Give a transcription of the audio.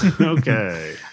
okay